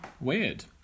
Weird